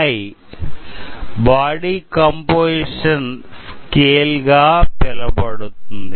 I body composition scale గా పిలువబడుతుంది